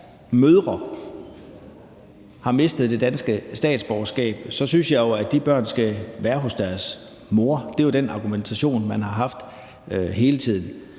mødre har mistet det danske statsborgerskab, synes jeg jo, at de børn skal være hos deres mor. Det er jo den argumentation, man har haft hele tiden.